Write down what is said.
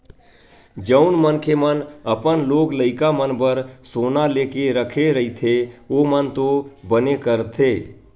जउन मनखे मन अपन लोग लइका मन बर सोना लेके रखे रहिथे ओमन तो बने करथे